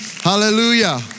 Hallelujah